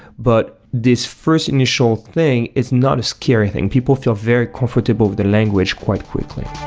but this first initial thing is not a scary thing. people feel very comfortable with the language quite quickly